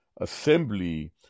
assembly